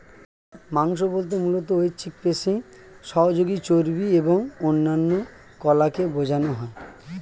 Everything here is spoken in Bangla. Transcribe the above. মাংস বলতে মূলত ঐচ্ছিক পেশি, সহযোগী চর্বি এবং অন্যান্য কলাকে বোঝানো হয়